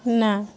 ନା